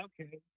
okay